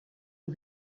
ont